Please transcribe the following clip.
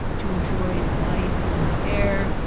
to enjoy light and air,